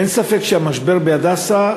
אין ספק שהמשבר ב"הדסה"